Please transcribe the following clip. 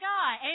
God